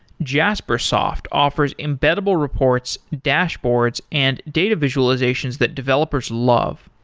jaspersoft offers embeddable reports, dashboards and data visualizations that developers love.